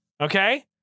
Okay